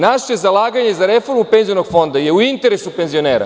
Naše zalaganje za reformu penzionog fonda je u interesu penzionera.